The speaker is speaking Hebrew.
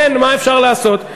אין, מה אפשר לעשות.